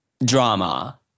Drama